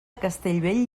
castellbell